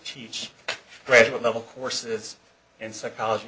teach graduate level courses and psychology